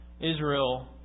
Israel